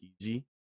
easy